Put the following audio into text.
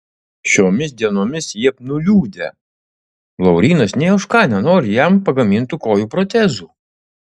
šiomis dienomis jie nuliūdę laurynas nė už ką nenori jam pagamintų kojų protezų